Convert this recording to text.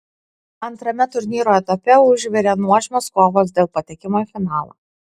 antrame turnyro etape užvirė nuožmios kovos dėl patekimo į finalą